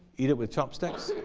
eat it with chopsticks